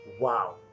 wow